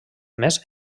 més